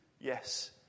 yes